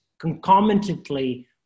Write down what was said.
Concomitantly